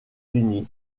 unis